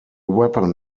weapon